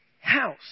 house